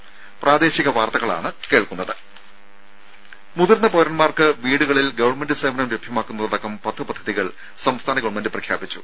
രും മുതിർന്ന പൌരന്മാർക്ക് വീടുകളിൽ ഗവൺമെന്റ് സേവനം ലഭ്യമാക്കുന്നതടക്കം പത്ത് പദ്ധതികൾ സംസ്ഥാന ഗവൺമെന്റ് പ്രഖ്യാപിച്ചു